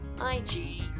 I-G